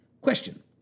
Question